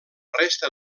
resta